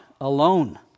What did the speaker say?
alone